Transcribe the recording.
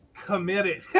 committed